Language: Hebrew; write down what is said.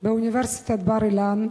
באוניברסיטת בר-אילן,